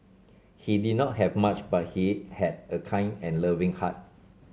he did not have much but he had a kind and loving heart